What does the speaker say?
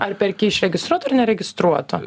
ar perki iš registruoto ar neregistruoto